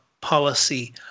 policy